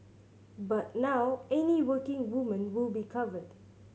but now any working woman will be covered